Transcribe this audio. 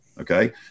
Okay